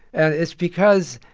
and it's because